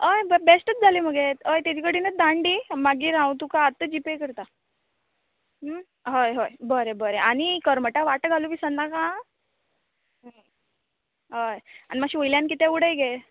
होय बरें बेश्टच जालें मगे होय तेजे कडेन धाडन दी मागीर तुका आत्तां जीपे करतां होय होय बरें बरें आनी करमटा वांटो घालूंक विसर नाका हां होय आनी मात्शें वयल्यान कितेंय उडय गे